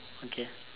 okay